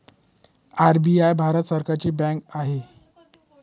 RBI Bharat सरकारची bank आहे